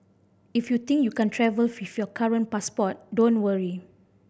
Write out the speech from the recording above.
if you think you can't travel with your current passport don't worry